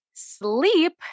Sleep